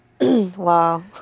Wow